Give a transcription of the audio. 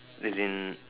as in